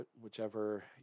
whichever